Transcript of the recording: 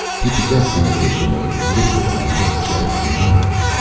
he possessed in addition a limited amount of general knowledge.